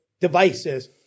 devices